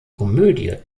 komödie